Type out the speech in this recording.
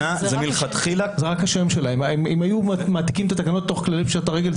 אם היו מעתיקים את התקנות תוך כללי פשיטת הרגל,